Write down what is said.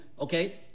okay